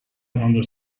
under